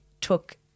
took –